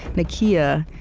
nakiya,